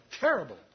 terrible